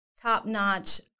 top-notch